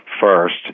first